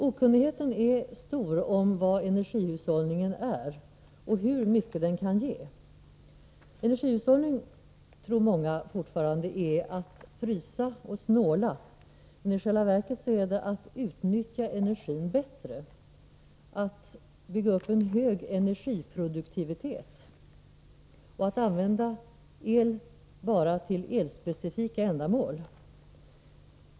Okunnigheten är stor om vad energihushållning är och hur mycket den kan ge. Många tror fortfarande att energihushållning är att frysa och spara, men i själva verket är det att utnyttja energin bättre, att bygga upp en hög energiproduktivitet och att använda el bara till elspecifika ändamål.